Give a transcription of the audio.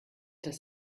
das